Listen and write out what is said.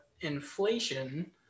inflation